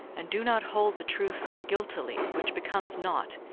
and do not hold the truth guiltily, which becomes not,